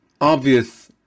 obvious